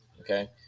Okay